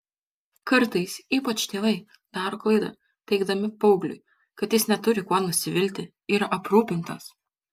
kartais ypač tėvai daro klaidą teigdami paaugliui kad jis neturi kuo nusivilti yra aprūpintas